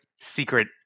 secret